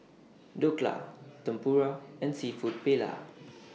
Dhokla Tempura and Seafood Paella